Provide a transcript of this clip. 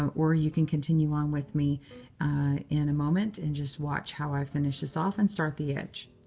um or you can continue on with me in a moment and just watch how i finish this off and start the edge.